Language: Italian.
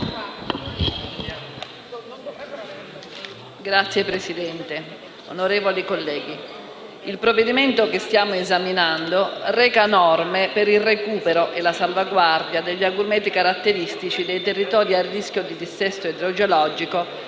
Signora Presidente, onorevoli colleghi, il provvedimento che stiamo esaminando reca norme per il recupero e la salvaguardia degli agrumeti caratteristici dei territori a rischio di dissesto idrogeologico